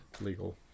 legal